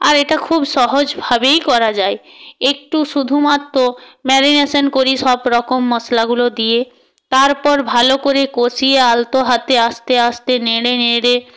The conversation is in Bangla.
আর এটা খুব সহজভাবেই করা যায় একটু শুধুমাত্র ম্যারিনেশন করি সবরকম মশলাগুলো দিয়ে তারপর ভালো করে কষিয়ে আলতো হাতে আস্তে আস্তে নেড়ে নেড়ে